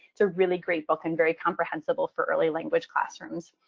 it's a really great book and very comprehensible for early language classrooms.